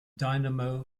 dynamo